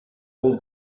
all